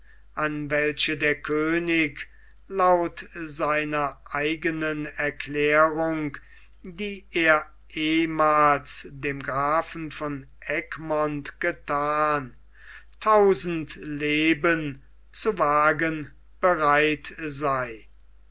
an welche der könig laut seiner eigenen erklärung die er ehemals dem grafen von egmont gethan tausend leben zu wagen bereit sei